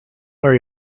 worry